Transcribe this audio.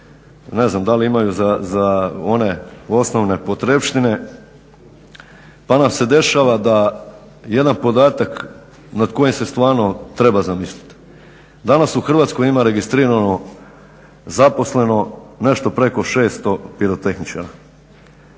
ne znam da li imaju za one osnovne potrepštine pa nam se dešava da je jedan podatak nad kojim se stvarno treba zamislit. Danas u Hrvatskoj ima registrirano zaposleno nešto preko 600 pirotehničara.